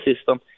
system